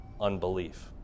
Unbelief